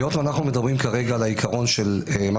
היות שאנחנו מדברים כרגע על העיקרון של מה